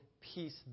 peace